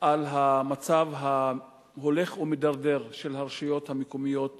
על המצב ההולך ומתדרדר של הרשויות המקומיות בארץ.